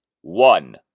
One